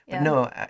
no